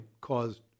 caused